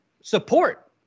support